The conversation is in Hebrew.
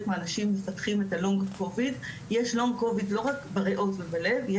מהאנשים מפתחים את ה- LONG COVID יש LONG COVID לא רק בריאות ובלב,